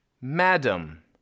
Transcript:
Madam